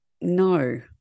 no